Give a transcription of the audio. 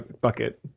bucket